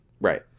right